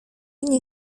nie